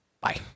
Bye